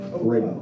right